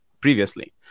previously